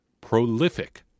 prolific